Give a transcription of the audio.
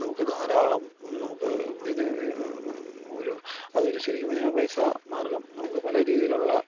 നമുക്ക് ധാരാളം നമുക്ക് പിന്നെ ഒരു അതൊരു ശരിക്കും പറഞ്ഞാൽ ഒരു പൈസ മാർഗ്ഗം നമുക്ക് പല രീതിയിലുള്ള